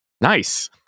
nice